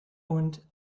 und